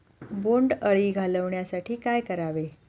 बोंडअळी घालवण्यासाठी काय करावे?